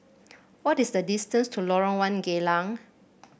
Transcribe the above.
what is the distance to Lorong One Geylang